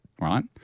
right